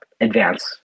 advance